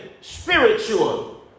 spiritual